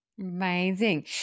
Amazing